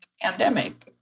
pandemic